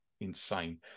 insane